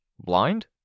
Blind